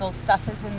so stuff